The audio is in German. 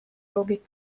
logik